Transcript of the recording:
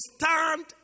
stand